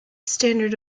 standard